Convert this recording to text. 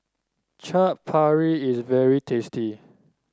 Chaat Papri is very tasty